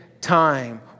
time